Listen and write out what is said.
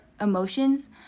emotions